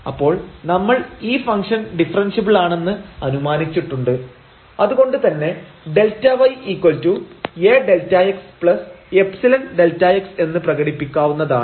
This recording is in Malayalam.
അപ്പോൾ നമ്മൾ ഈ ഫംഗ്ഷൻ ഡിഫറെൻഷ്യബിളാണെന്ന് അനുമാനിച്ചിട്ടുണ്ട് അത് കൊണ്ട് തന്നെ ΔyA Δxϵ Δx എന്ന് പ്രകടിപ്പിക്കാവുന്നതാണ്